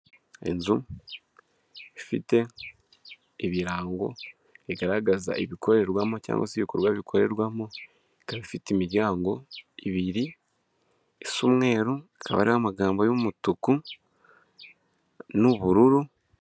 Inzu ifite ibirango Bigaragaza ibikorerwamo cyangwa se ibikorwa bikorerwamo, ikaba ifite imiryango ibiri, isa umweru, ikaba iriho amagambo y'umutuku n'ubururu.